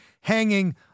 hanging